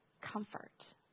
comfort